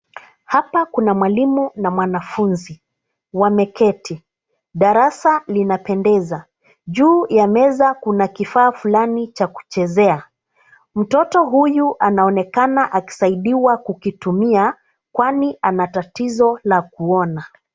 Hapa kuna mwalimu na mwanafunzi, wameketi. Darasa linapendeza. Juu ta meza kuna kifaa fulani cha kucheza. Mtoto huyu anaonekana akisaidiwa kukitumia kwani ana tatizo la kuona.